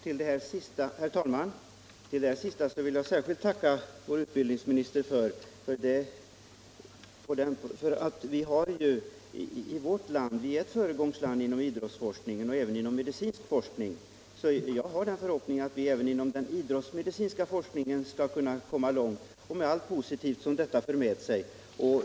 Herr talman! Jag vill särskilt tacka vår utbildningsminister för innehållet i denna replik. Vårt land är ett föregångsland inom idrottsforskningen och även inom medicinsk forskning. Jag har därför förhoppningen att vi också inom den idrottsmedicinska forskningen skall kunna komma långt, med allt positivt som detta för med sig.